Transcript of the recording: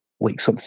weeks